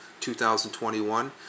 2021